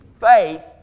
faith